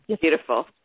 beautiful